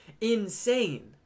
insane